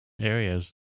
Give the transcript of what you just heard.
areas